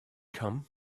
come